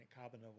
carbon